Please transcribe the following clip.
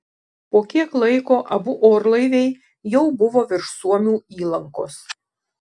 po kiek laiko abu orlaiviai jau buvo virš suomių įlankos